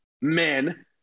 men